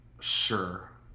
sure